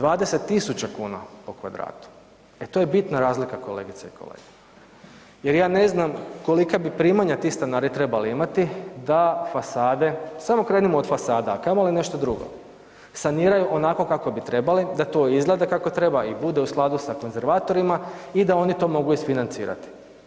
20.000 kuna po kvadratu, e to je bitna razlika kolegice i kolege, jer ja ne znam kolika bi primanja ti stanari trebali imati da fasade, samo krenimo od fasada, a kamoli nešto drugo, saniraju onako kako bi trebali, da to izgleda kako treba i bude u skladu sa konzervatorima i da oni to mogu isfinancirati.